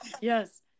Yes